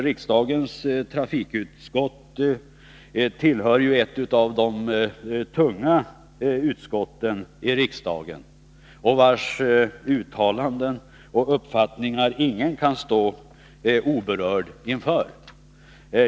Riksdagens trafikutskott tillhör ju de tunga utskotten, vars uttalanden och uppfattningar ingen kan stå oberörd inför.